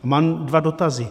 Mám dva dotazy.